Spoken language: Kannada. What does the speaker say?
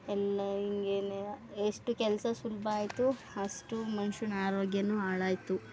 ಎಲ್ಲ ಹಿಂಗೇನೆಯಾ ಎಷ್ಟು ಕೆಲಸ ಸುಲಭ ಆಯಿತು ಅಷ್ಟು ಮನುಷ್ಯನ ಆರೋಗ್ಯವೂ ಹಾಳಾಯಿತು